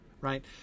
right